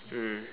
mm